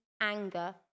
anger